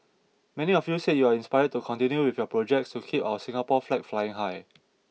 many of you said you are inspired to continue with your projects to keep our Singapore flag flying high